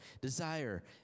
desire